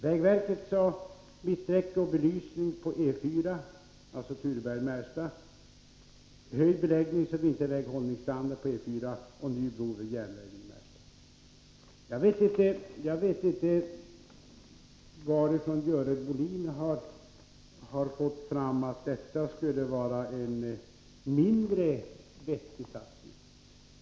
Vägverket förespråkade mitträcke och belysning på E 4:an — sträckan Tureberg-Märsta —, höjd standard när det gäller beläggning och vinterväghållning på E 4:an och ny bro över järnvägen i Märsta. Jag vet inte varifrån Görel Bohlin har fått att detta skulle vara en mindre vettig satsning.